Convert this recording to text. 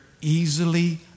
easily